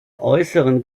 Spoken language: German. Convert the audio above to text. äußeren